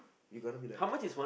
we gonna be like